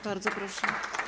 Bardzo proszę.